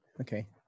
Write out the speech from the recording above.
Okay